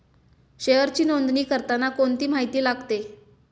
शेअरची नोंदणी करताना कोणती माहिती लागते?